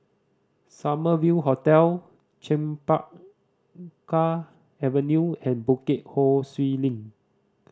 Summer View Hotel Chempaka Avenue and Bukit Ho Swee Link